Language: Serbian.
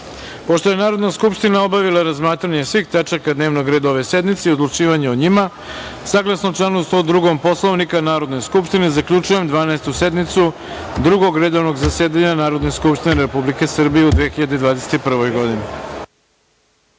čitao. Pošto je Narodna skupština obavila razmatranje svih tačaka dnevnog reda ove sednice i odlučivanje o njima, saglasno članu 102. Poslovnika Narodne skupštine, zaključujem Dvanaestu sednicu Drugog redovnog zasedanja Narodne skupštine Republike Srbije u 2021. godini.